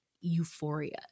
euphoria